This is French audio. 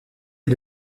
est